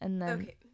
Okay